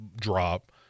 drop